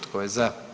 Tko je za?